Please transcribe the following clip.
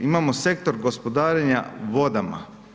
Imamo sektor gospodarenja vodama.